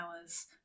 hours